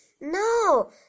No